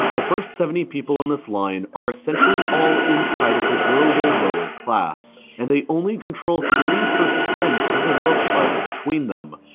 the first seventy people in this line are essentially all inside of the global lower-class and they only control three percent of the world's wealth between them.